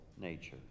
nature